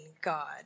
God